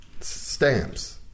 stamps